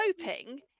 hoping